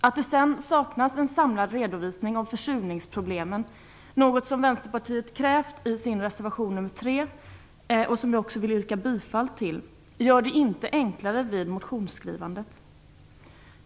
Att det sedan saknas en samlad redovisning av försurningsproblemen - en sådan kräver Vänsterpartiet i sin reservation nr 3, vilken jag yrkar bifall till - gör det inte enklare vid motionsskrivandet.